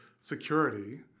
security